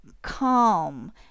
calm